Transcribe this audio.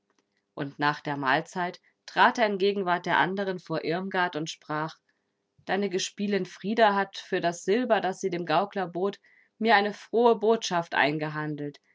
und nach der mahlzeit trat er in gegenwart der anderen vor irmgard und sprach deine gespielin frida hat für das silber das sie dem gaukler bot mir eine frohe botschaft eingehandelt